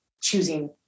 choosing